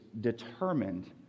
determined